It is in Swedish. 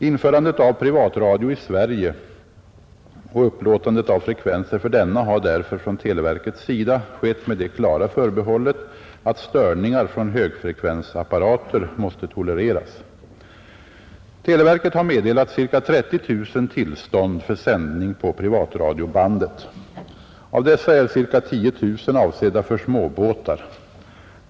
Införandet av privatradio i Sverige och upplåtandet av frekvenser för denna har därför från televerkets sida skett med det klara förbehållet att störningar från högfrekvensapparater måste tolereras. Televerket har meddelat ca 30 000 tillstånd för sändning på privatradiobandet. Av dessa är ca 10 000 avsedda för småbåtar.